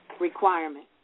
requirement